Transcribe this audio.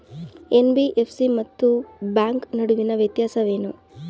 NBFC ಮತ್ತು bank ನಡುವಿನ ವ್ಯತ್ಯಾಸವೇನು?